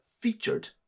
featured